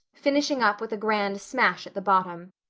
finishing up with a grand smash at the bottom.